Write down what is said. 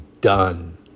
done